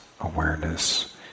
Awareness